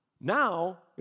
now